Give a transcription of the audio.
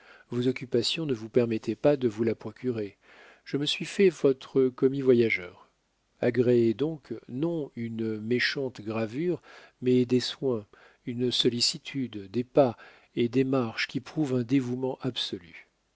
vos occupations ne vous permettaient pas de vous la procurer je me suis fait votre commis-voyageur agréez donc non une méchante gravure mais des soins une sollicitude des pas et démarches qui prouvent un dévouement absolu